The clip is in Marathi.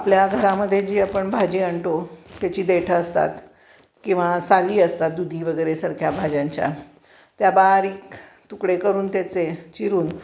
आपल्या घरामध्ये जी आपण भाजी आणतो त्याची देठं असतात किंवा साली असतात दुधी वगैरेसारख्या भाज्यांच्या त्या बारीक तुकडे करून त्याचे चिरून